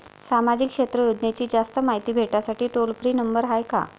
सामाजिक क्षेत्र योजनेची जास्त मायती भेटासाठी टोल फ्री नंबर हाय का?